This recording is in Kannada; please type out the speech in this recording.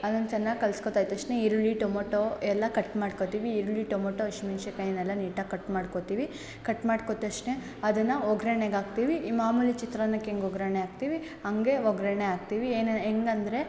ಅದನ್ನ ಚೆನ್ನಾಗಿ ಕಲ್ಸ್ಕೊತಾಯ್ ತಕ್ಷ್ಣ ಈರುಳ್ಳಿ ಟೊಮೊಟೊ ಎಲ್ಲ ಕಟ್ ಮಾಡ್ಕೋತೀವಿ ಈರುಳ್ಳಿ ಟೊಮೊಟೊ ಹಶಿಮೆನ್ಶಿಕಾಯ್ನೆಲ್ಲ ನೀಟಾಗಿ ಕಟ್ ಮಾಡ್ಕೋತೀವಿ ಕಟ್ ಮಾಡ್ಕೋ ತಕ್ಷ್ಣ ಅದನ್ನು ಒಗ್ಗರ್ಣೆಗ್ ಹಾಕ್ತೀವಿ ಈ ಮಾಮೂಲಿ ಚಿತ್ರಾನ್ನಕ್ಕೆ ಹೆಂಗ್ ಒಗ್ಗರ್ಣೆ ಹಾಕ್ತೀವಿ ಹಂಗೇ ಒಗ್ಗರ್ಣೆ ಹಾಕ್ತೀವಿ ಏನು ಹೆಂಗಂದ್ರೆ